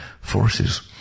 forces